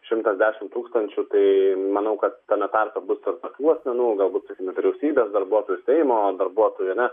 šimtas dešimt tūkstančių tai manau kad tame tarpe bus ir tokių asmenų galbūt vyriausybės darbuotojų seimo darbuotojų ar ne